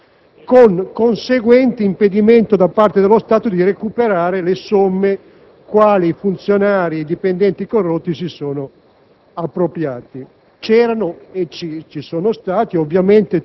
È una questione che ha avuto un effetto importante sui *mass media* che, con enfasi, hanno riportato la notizia di una legge *ad personam*,